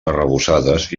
arrebossades